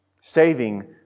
Saving